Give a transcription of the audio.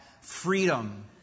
freedom